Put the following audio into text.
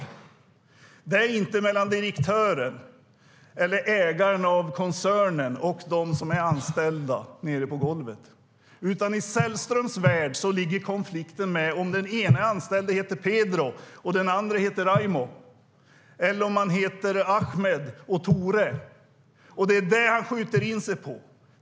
Konflikten finns inte mellan direktören eller ägaren av koncernen och de som är anställda på golvet. I Sällströms värld finns konflikten i om någon av de anställda heter Pedro, Raimo, Ahmed eller Tore. Det är det som han skjuter in sig på.